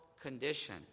condition